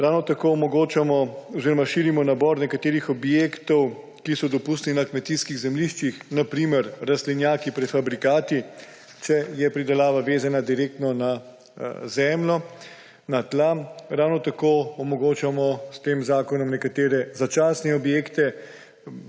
Ravno tako omogočamo oziroma širimo nabor nekaterih objektov, ki so dopustni na kmetijskih zemljiščih, na primer rastlinjaki prefabrikati, če je pridelava vezana direktno na zemljo, na tla. Ravno tako omogočamo s tem zakonom nekatere začasne objekte